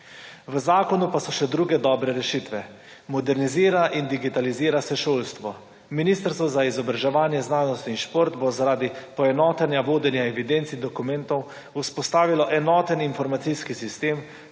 V zakonu pa so še druge dobre rešitve. Modernizira in digitalizira se šolstvo. Ministrstvo za izobraževanje, znanost in šport bo, zaradi poenotenja, vodenja evidenc in dokumentov vzpostavilo enoten informacijski sistem,